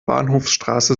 bahnhofsstraße